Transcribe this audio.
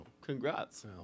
congrats